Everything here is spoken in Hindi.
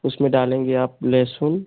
उसमे डालेंगे आप लहसुन